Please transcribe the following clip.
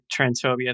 transphobia